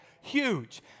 huge